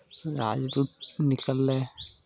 राजदूत निकललै